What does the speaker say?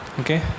Okay